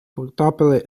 потрапили